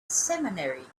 seminary